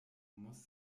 muss